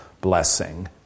blessing